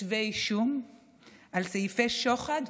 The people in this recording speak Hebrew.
כתבי אישום על סעיפי שוחד,